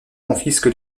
confisque